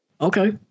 Okay